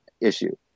issue